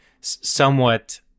somewhat